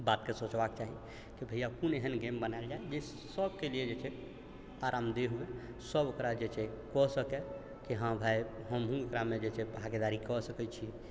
बातके सोचबाक चाही कि भइया कोन एहन गेम बनायल जाइ जे सभके लिए जे छै आरामदेह हुए सभ ओकरा जे छै कऽ सकै कि हऽ भाइ हमहुँ एकरामे जे छै भागीदारी कऽ सकै छी